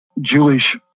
Jewish